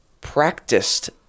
practiced